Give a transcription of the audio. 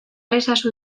ezazu